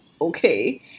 okay